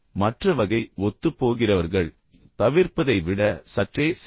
மற்ற வகை ஒத்துப்போகிறவர்கள் தவிர்ப்பதை விட சற்றே சிறந்தது